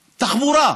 תחבורה.